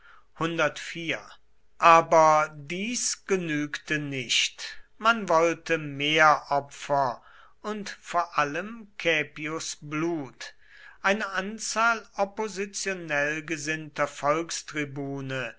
aber dies genügte nicht man wollte mehr opfer und vor allem caepios blut eine anzahl oppositionell gesinnter volkstribune